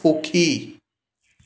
সুখী